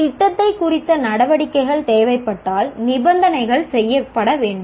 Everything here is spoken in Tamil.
திட்டத்தை குறித்த நடவடிக்கைகள் தேவைப்பட்டால் நிபந்தனைகள் செய்யப்பட வேண்டும்